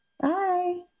Bye